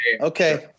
okay